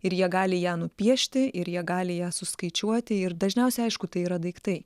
ir jie gali ją nupiešti ir jie gali ją suskaičiuoti ir dažniausiai aišku tai yra daiktai